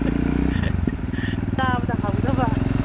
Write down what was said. ꯆꯥꯕꯗ ꯍꯥꯎꯒꯗꯕ